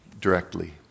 directly